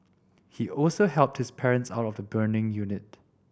he also helped his parents out of the burning unit